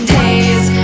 days